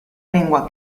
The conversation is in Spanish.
lengua